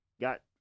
Got